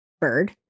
bird